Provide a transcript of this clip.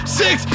six